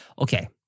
Okay